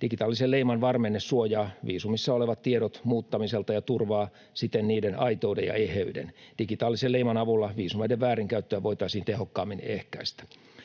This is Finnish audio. Digitaalisen leiman varmenne suojaa viisumissa olevat tiedot muuttamiselta ja turvaa siten niiden aitouden ja eheyden. Digitaalisen leiman avulla viisumeiden väärinkäyttöä voitaisiin tehokkaammin ehkäistä.